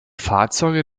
fahrzeuge